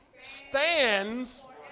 stands